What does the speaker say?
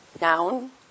noun